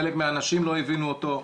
חלק מהאנשים לא הבינו אותו,